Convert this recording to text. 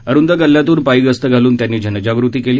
अरुंद गल्ल्यातून पायी गस्त घालून जनजागृती केली